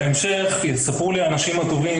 בהמשך יספרו לי האנשים הטובים,